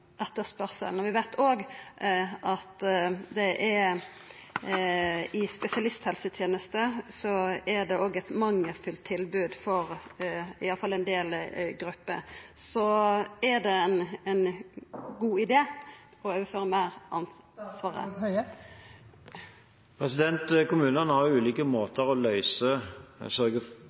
Vi veit òg at det i spesialisthelsetenesta er eit mangelfullt tilbod for iallfall ein del grupper. Er det ein god idé å overføra meir ansvar? Kommunene har ulike måter å